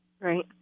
Right